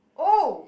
oh